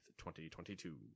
2022